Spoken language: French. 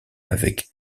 avec